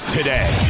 Today